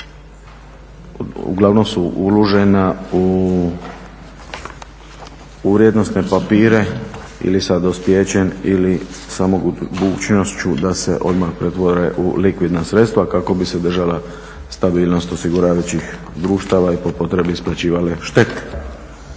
uglavnom uložena u vrijednosne papire ili sa dospijećem ili sa mogućnošću da se odmah pretvore u likvidna sredstva kako bi se održala stabilnost osiguravajućih društava i po potrebi isplaćivale štete.